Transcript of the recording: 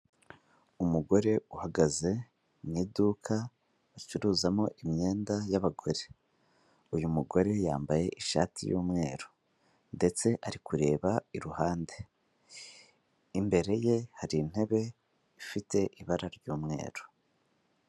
Umugore uhagaze mu iduka acuruzamo imyenda y'abagore. Uyu mugore yambaye ishati y'umweru ndetse ari kureba iruhande, imbere ye hari intebe ifite ibara ry'umweru.